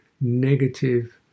negative